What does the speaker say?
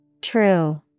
true